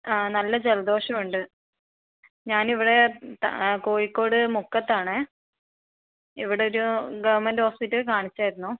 ആ നല്ല ജലദോഷമുണ്ട് ഞാനിവിടെ കോഴിക്കോട് മുക്കതാണേ ഇവിടൊരു ഗവൺമെൻറ് ഹോസ്പിറ്റലിൽ കാണിച്ചായിരുന്നു